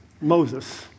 Moses